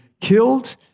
killed